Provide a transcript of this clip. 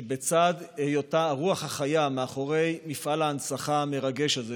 שבצד היותה הרוח החיה מאחורי מפעל ההנצחה המרגש הזה,